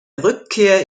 rückkehr